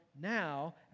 Now